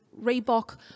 Reebok